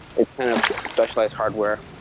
it's kind of specialized hardware.